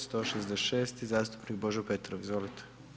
166. zastupnik Božo Petrov, izvolite.